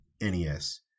NES